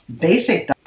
basic